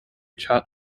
chat